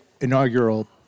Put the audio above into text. inaugural